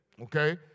okay